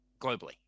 globally